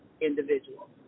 individual